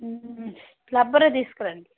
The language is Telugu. ప్లంబర్ని తీసుకురండి